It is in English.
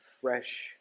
fresh